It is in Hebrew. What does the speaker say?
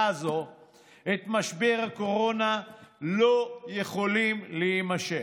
הזו את משבר הקורונה לא יכולים להימשך.